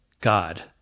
God